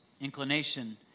inclination